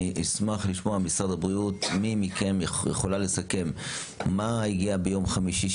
אשמח לשמוע ממשרד הבריאות מי מכן יכלה לסכם מה הגיע ביום חמישי,